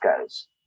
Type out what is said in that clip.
goes